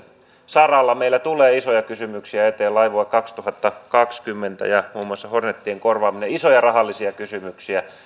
saralla meillä tulee isoja kysymyksiä eteen laivue kaksituhattakaksikymmentä ja muun muassa hornetien korvaaminen isoja rahallisia kysymyksiä